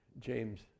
James